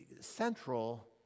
central